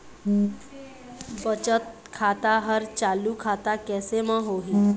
बचत खाता हर चालू खाता कैसे म होही?